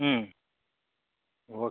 ಹ್ಞೂ ಓಕೆ